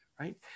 Right